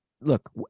look